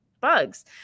bugs